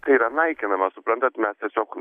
tai yra naikinamas suprantat mes tiesiog